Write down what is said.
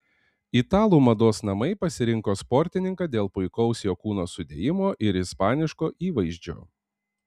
italų mados namai pasirinko sportininką dėl puikaus jo kūno sudėjimo ir ispaniško įvaizdžio